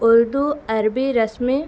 اردو عربی رسم